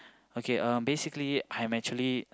okay uh basically I'm actually